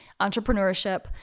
entrepreneurship